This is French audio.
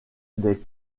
des